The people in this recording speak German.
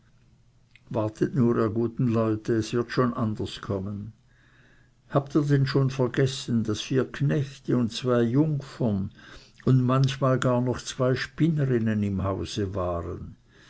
wartet nur ihr guten leute es wird schon anders kommen habt ihr denn schon vergessen daß vier knechte und zwei jungfern und manchmal gar noch zwei spinnerinnen im hause waren